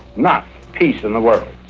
not peace in the world.